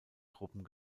truppen